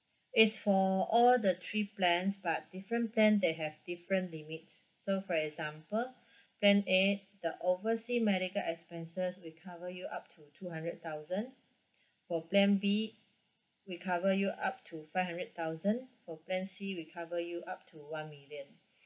it's for all the three plans but different plan they have different limits so for example plan A the oversea medical expenses we cover you up to two hundred thousand for plan B we cover you up to five hundred thousand for plan C we cover you up to one million